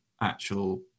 actual